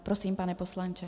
Prosím, pane poslanče.